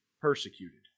persecuted